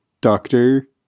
doctor